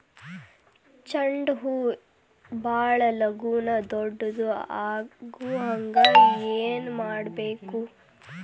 ಚಂಡ ಹೂ ಭಾಳ ಲಗೂನ ದೊಡ್ಡದು ಆಗುಹಂಗ್ ಏನ್ ಮಾಡ್ಬೇಕು?